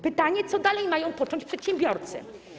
Pytanie, co dalej mają począć przedsiębiorcy.